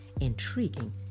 intriguing